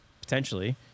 potentially